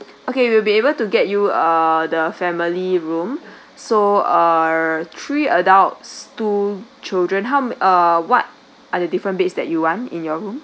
okay we'll be able to get you uh the family room so uh three adults two children hmm uh what are the different beds that you want in your room